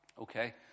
Okay